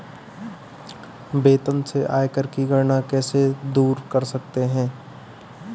वेतन से आयकर की गणना कैसे दूर कर सकते है?